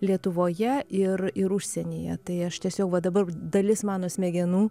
lietuvoje ir ir užsienyje tai aš tiesiog va dabar dalis mano smegenų